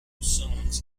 songs